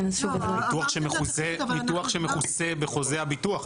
ניתוח שמכוסה בחוזה הביטוח.